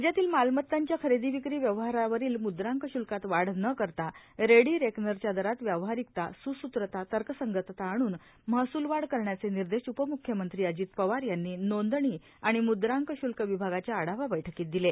राज्यातील मालमत्तांच्या खरेदीविक्री व्यवहारावरील मुद्रांक शुल्कात वाढ न करता रेडिरेकनरच्या दरात व्यावहारिकता सुसुत्रता तर्कसंगतता आणून महसूलवाढ करण्याचे निर्देश उपमुख्यमंत्री अजित पवार यांनी नोंदणी आणि मुद्रांक शुल्क विभागाच्या आढावा बैठकीत दिले